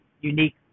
unique